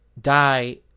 die